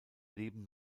leben